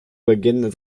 beginn